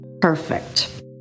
perfect